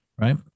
right